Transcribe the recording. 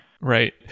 Right